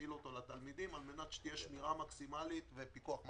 ישאיל לתלמידים כדי שתהיה שמירה מקסימלית ופיקוח מקסימלי.